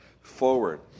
forward